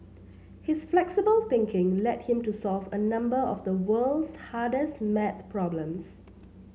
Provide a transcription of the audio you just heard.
his flexible thinking led him to solve a number of the world's hardest maths problems